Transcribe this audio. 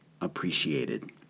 appreciated